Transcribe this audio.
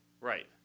Right